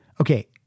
Okay